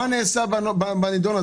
מה נעשה בנידון?